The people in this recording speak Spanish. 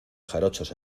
jarochos